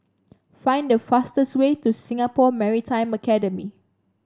find the fastest way to Singapore Maritime Academy